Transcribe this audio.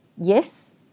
Yes